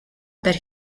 that